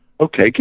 Okay